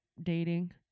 dating